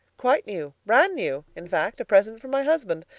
quite new brand new, in fact a present from my husband.